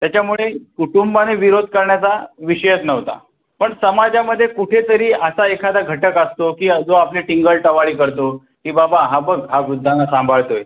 त्याच्यामुळे कुटुंबाने विरोध करण्याचा विषयच नव्हता पण समाजामध्ये कुठे तरी असा एखादा घटक असतो की जो आपली टिंगलटवाळी करतो की बाबा हा बघ हा वृद्धांना सांभाळतो आहे